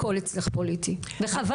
הכול אצלך פוליטי וחבל.